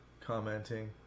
commenting